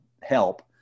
help